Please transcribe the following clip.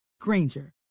Granger